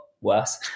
worse